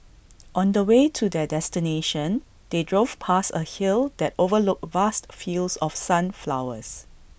on the way to their destination they drove past A hill that overlooked vast fields of sunflowers